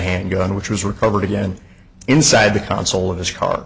handgun which was recovered again inside the console of his car